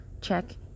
Check